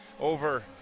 over